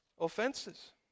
Offenses